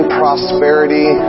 prosperity